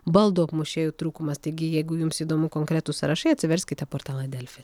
baldų apmušėjų trūkumas taigi jeigu jums įdomu konkretūs sąrašai atsiverskite portalą delfi